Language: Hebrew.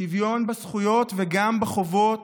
שוויון בזכויות וגם בחובות,